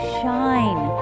shine